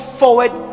forward